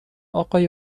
آقای